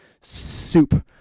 soup